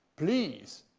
please,